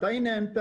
מתי היא נענתה,